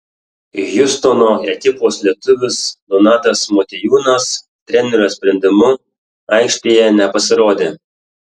hjustono ekipos lietuvis donatas motiejūnas trenerio sprendimu aikštėje nepasirodė